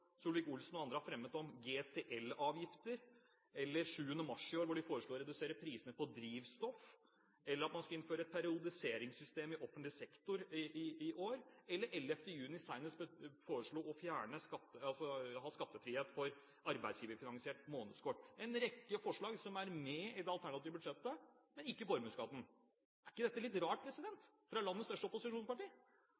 Solvik-Olsen og andre har fremmet om GTL-avgifter, eller 7. mars i år, da de foreslo å redusere prisene på drivstoff, eller at man skulle innføre et periodiseringssystem i offentlig sektor i år, eller senest 11. juni, da man foreslo å ha skattefrihet for arbeidsgiverfinansiert månedskort – en rekke forslag som er med i det alternative budsjettet, men ikke formuesskatten. Er ikke dette litt rart